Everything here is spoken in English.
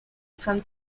from